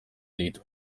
ditu